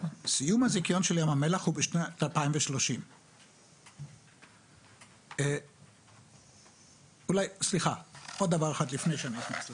סיום הזיכיון הוא בשנת 2030. עוד דבר אחד לפני שאני נכנס לזה,